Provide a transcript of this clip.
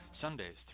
Sundays